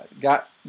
got